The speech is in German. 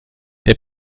der